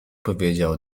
powiedział